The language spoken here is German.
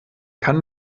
kann